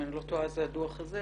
אם אני לא טועה זה הדוח הזה,